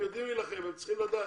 הם יודעים להילחם והם צריכים לדעת.